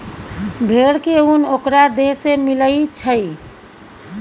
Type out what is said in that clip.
भेड़ के उन ओकरा देह से मिलई छई